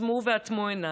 עצמו ואטמו עיניים,